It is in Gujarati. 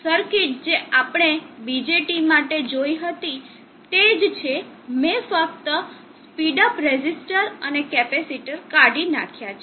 સર્કિટ જે આપણે BJT માટે જોય હતી તે જ છે મેં ફક્ત સ્પીડ અપ રેઝિસ્ટર અને કેપેસિટર કાઢી નાંખ્યા છે